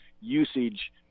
usage